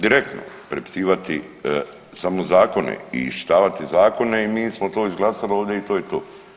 Direktno prepisivati samo zakone i iščitavati zakona i mi smo to izglasali ovdje i to je to.